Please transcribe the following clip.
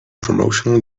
promotional